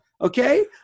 Okay